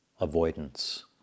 avoidance